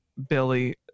Billy